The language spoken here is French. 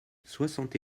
soixante